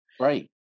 Right